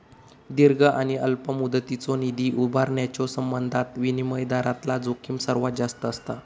दीर्घ आणि अल्प मुदतीचो निधी उभारण्याच्यो संबंधात विनिमय दरातला जोखीम सर्वात जास्त असता